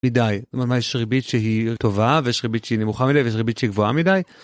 מדי ממש ריבית שהיא טובה ויש ריבית שהיא נמוכה מדי ויש ריבית שהיא גבוהה מדי.